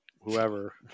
whoever